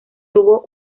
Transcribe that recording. tuvo